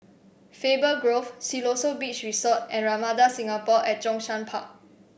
Faber Grove Siloso Beach Resort and Ramada Singapore at Zhongshan Park